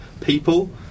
people